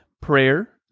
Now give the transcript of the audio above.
prayer